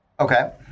Okay